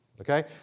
Okay